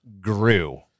grew